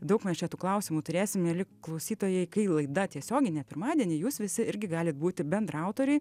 daug mes čia tų klausimų turėsim mieli klausytojai kai laida tiesioginė pirmadienį jūs visi irgi galit būti bendraautoriai